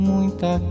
Muita